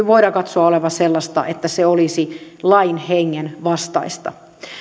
voidaan katsoa olevan sellaista että se olisi lain hengen vastaista